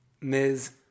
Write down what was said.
Ms